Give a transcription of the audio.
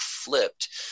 flipped